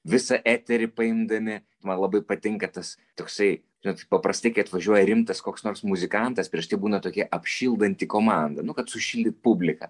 visą eterį paimdami man labai patinka tas toksai žinot paprastai kai atvažiuoja rimtas koks nors muzikantas prieš tai būna tokia apšildanti komanda nu kad sušildyt publiką